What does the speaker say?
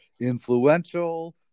influential